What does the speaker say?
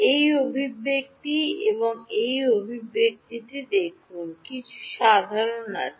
এই অভিব্যক্তি এবং এই অভিব্যক্তিটি দেখুন কিছু সাধারণ আছে